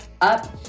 up